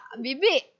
bibi